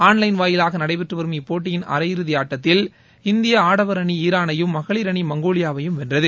on line வாயிலாக நடைபெற்று வரும் இப்போட்டியின் அரையிறதி அட்டத்தில் இந்தியா ஆடவர் அணி ஈரானையும் மகளிர் அணி மங்கோலிபாவையும் வென்றது